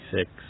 six